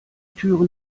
türen